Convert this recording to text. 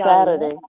Saturday